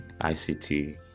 ICT